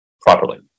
properly